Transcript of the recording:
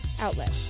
outlet